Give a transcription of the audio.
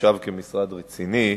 שנחשב כמשרד רציני.